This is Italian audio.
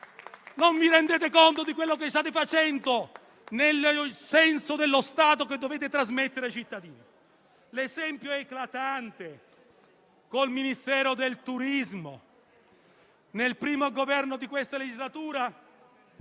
Non vi rendete conto di quello che state facendo al senso dello Stato che dovete trasmettere cittadini. L'esempio è eclatante con il Ministero del turismo: nel primo Governo di questa legislatura